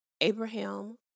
Abraham